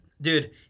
Dude